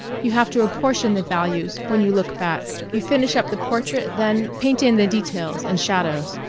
you have to apportion the values when you look back. you finish up the portrait then paint in the details and shadows.